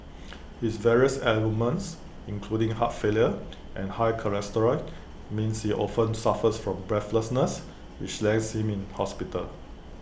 his various ailments including heart failure and high cholesterol means he often suffers from breathlessness which lands him in hospital